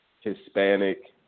Hispanic